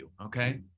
okay